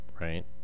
Right